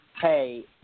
hey